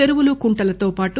చెరువులు కుంటలతో పాటు